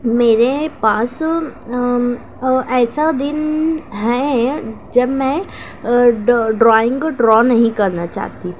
میرے پاس ایسا دن ہیں جب میں ڈرائنگ کو ڈرا نہیں کرنا چاہتی